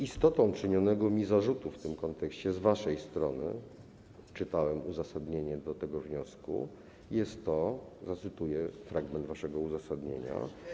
Istotą czynionego mi zarzutu w tym kontekście z waszej strony - czytałem uzasadnienie tego wniosku - jest to, zacytuję fragment waszego uzasadnienia.